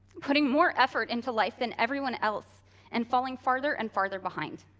putting more effort into life than everyone else and falling farther and farther behind.